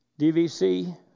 DVC